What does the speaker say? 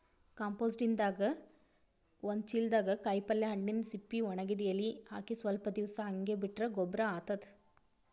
ಕಂಪೋಸ್ಟಿಂಗ್ದಾಗ್ ಒಂದ್ ಚಿಲ್ದಾಗ್ ಕಾಯಿಪಲ್ಯ ಹಣ್ಣಿನ್ ಸಿಪ್ಪಿ ವಣಗಿದ್ ಎಲಿ ಹಾಕಿ ಸ್ವಲ್ಪ್ ದಿವ್ಸ್ ಹಂಗೆ ಬಿಟ್ರ್ ಗೊಬ್ಬರ್ ಆತದ್